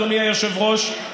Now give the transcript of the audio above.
אדוני היושב-ראש,